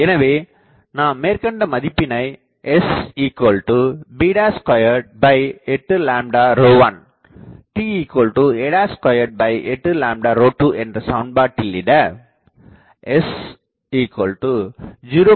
எனவே நாம் மேற்கண்ட மதிப்பினை sb281 ta282 எனற சமன்பாட்டிலிட s 0